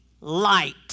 light